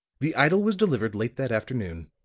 the idol was delivered late that afternoon.